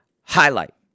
highlight